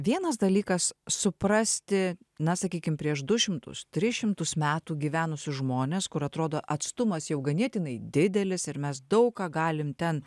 vienas dalykas suprasti na sakykim prieš du šimtus tris šimtus metų gyvenusius žmones kur atrodo atstumas jau ganėtinai didelis ir mes daug ką galim ten